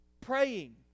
praying